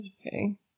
Okay